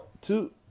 two